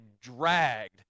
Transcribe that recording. dragged